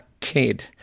kid